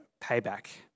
payback